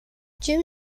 jim